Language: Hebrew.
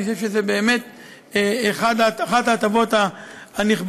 אני חושב שזאת באמת אחת ההטבות הנכבדות,